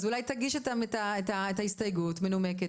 אולי תגיש את ההסתייגות המנומקת,